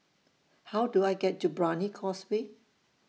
How Do I get to Brani Causeway